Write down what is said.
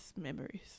memories